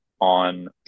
on